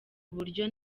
uburyo